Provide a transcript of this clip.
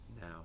now